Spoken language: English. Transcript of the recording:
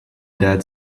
dad